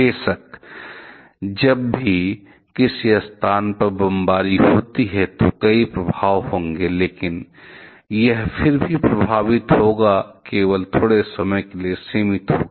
बेशक जब भी किसी स्थान पर बमबारी होती है तो कई प्रभाव होंगे लेकिन यह फिर से प्रभावित होगा केवल थोड़े समय के लिए सीमित होगा